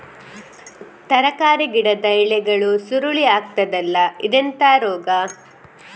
ತರಕಾರಿ ಗಿಡದ ಎಲೆಗಳು ಸುರುಳಿ ಆಗ್ತದಲ್ಲ, ಇದೆಂತ ರೋಗ?